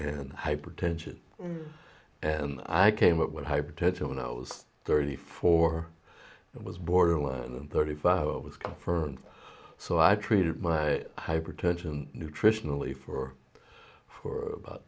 and hypertension and i came up with hypertension when i was thirty four it was borderline and thirty five it was confirmed so i treated my hypertension nutritionally for for about